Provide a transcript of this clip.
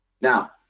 Now